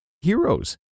heroes